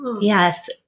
Yes